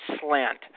Slant